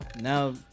Now